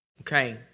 Okay